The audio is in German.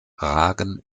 ragen